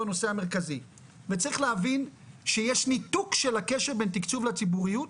הנושא המרכזי וצריך להבין שיש ניתוק של הקשר בין תקצוב לציבוריות